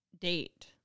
date